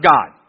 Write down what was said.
God